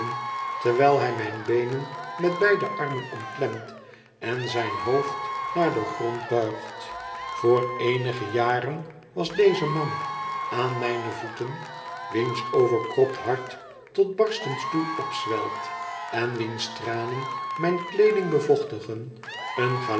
terwijl hij mijn beenen met beide armen omklemt en zijn hoofd naar den grond buigt voor eenige jaren was deze man aan mijne voeten wiens overkropt hart tot barstens toe opzwelt en wiens tranen mijn kleeding bevochtigen een